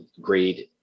grade